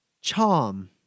Charm